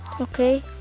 Okay